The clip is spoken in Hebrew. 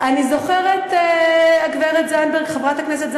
אני זוכרת, הגברת זנדברג, חברת הכנסת זנדברג,